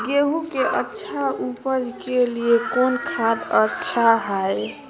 गेंहू के अच्छा ऊपज के लिए कौन खाद अच्छा हाय?